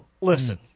Listen